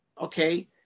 Okay